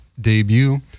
Debut